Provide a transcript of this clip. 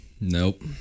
Nope